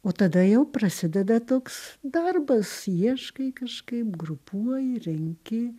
o tada jau prasideda toks darbas ieškai kažkaip grupuoji renki